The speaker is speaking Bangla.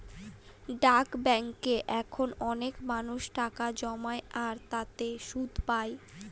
ডাক ব্যাঙ্কে এখন অনেক মানুষ টাকা জমায় আর তাতে সুদ পাই